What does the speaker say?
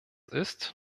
ist